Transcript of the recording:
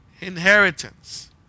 inheritance